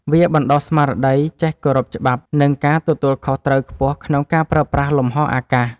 វាបណ្ដុះស្មារតីចេះគោរពច្បាប់ និងការទទួលខុសត្រូវខ្ពស់ក្នុងការប្រើប្រាស់លំហអាកាស។